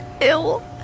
ill